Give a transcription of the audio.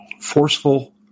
forceful